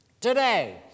Today